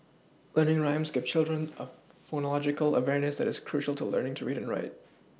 learning rhymes gives children a phonological awareness that is crucial to learning to read and write